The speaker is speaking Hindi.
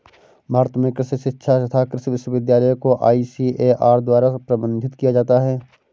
भारत में कृषि शिक्षा तथा कृषि विश्वविद्यालय को आईसीएआर द्वारा प्रबंधित किया जाता है